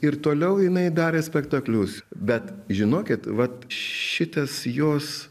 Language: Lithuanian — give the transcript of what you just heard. ir toliau jinai darė spektaklius bet žinokit vat šitas jos